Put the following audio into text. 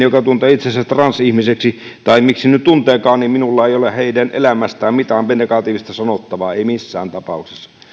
joka tuntee itsensä transihmiseksi tai miksi nyt tunteekaan minulla ei ole heidän elämästään mitään negatiivista sanottavaa ei missään tapauksessa